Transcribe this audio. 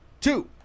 two